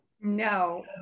No